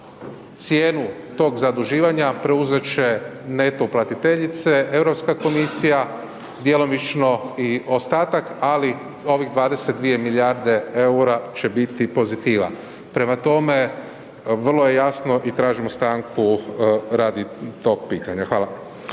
cijenu tog zaduživanja preuzet će neto uplatiteljice, Europska komisija, djelomično i ostatak, ali ovih 22 milijarde eura će biti pozitiva. Prema tome, vrlo je jasno i tražim stanku radi tog pitanja. Hvala.